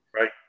right